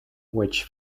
which